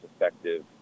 effective